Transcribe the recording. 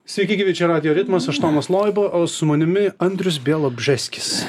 sveiki gyvi čia radijo ritmas aš tomas loiba o su manimi andrius bialobžeskis